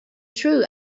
true